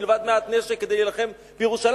מלבד מעט נשק כדי להילחם בירושלים,